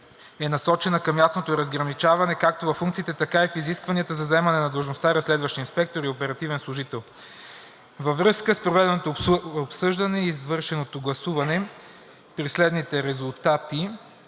е насочена към ясното разграничаване както във функциите, така и в изискването за заемане на длъжността разследващ инспектор и оперативен служител. Въз основа на проведеното обсъждане и извършеното гласуване при следните резултати